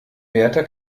wärter